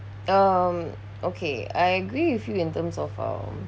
um okay I agree with you in terms of uh